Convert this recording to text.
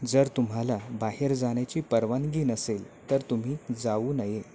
जर तुम्हाला बाहेर जाण्याची परवानगी नसेल तर तुम्ही जाऊ नये